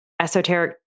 esoteric